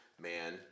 Man